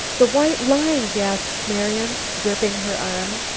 the white line! gasped marian, gripping her arm.